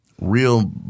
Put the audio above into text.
real